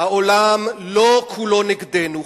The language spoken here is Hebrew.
העולם לא כולו נגדנו.